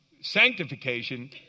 sanctification